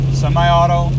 semi-auto